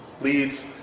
leads